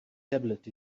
tablet